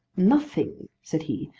nothing, said he,